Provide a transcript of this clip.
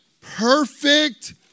perfect